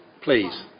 Please